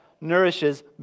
nourishes